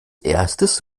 erstes